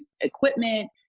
equipment